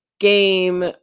game